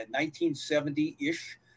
1970-ish